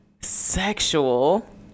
Sexual